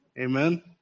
Amen